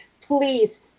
please